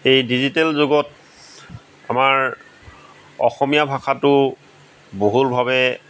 এই ডিজিটেল যুগত আমাৰ অসমীয়া ভাষাটো বহুলভাৱে